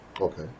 Okay